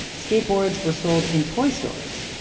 skateboards were sold in toy stores,